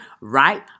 Right